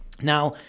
Now